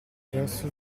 verso